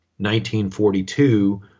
1942